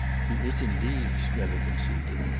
he is indeed, strether conceded.